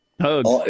Hugs